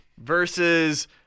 Versus